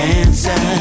answer